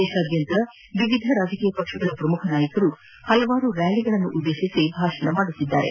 ದೇಶಾದ್ಯಂತ ವಿವಿಧ ರಾಜಕೀಯ ಪಕ್ಷಗಳ ಪ್ರಮುಖ ನಾಯಕರು ಹಲವಾರು ರ್್ಯಾಲಿಗಳನ್ನು ಉದ್ದೇಶಿಸಿ ಭಾಷಣ ಮಾಡುತ್ತಿದ್ದಾರೆ